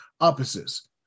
opposites